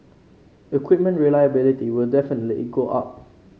equipment reliability will definitely go up